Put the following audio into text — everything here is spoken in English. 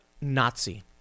Nazi